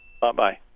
Bye-bye